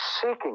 seeking